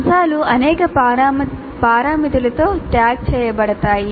అంశాలు అనేక పారామితులతో ట్యాగ్ చేయబడతాయి